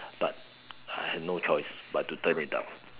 but I have no choice but to turn it down